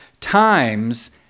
times